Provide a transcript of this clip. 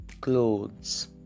clothes